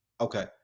Okay